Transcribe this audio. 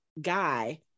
guy